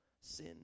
sin